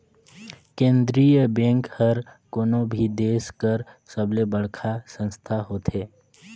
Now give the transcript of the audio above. केंद्रीय बेंक हर कोनो भी देस कर सबले बड़खा संस्था होथे